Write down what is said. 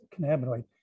cannabinoid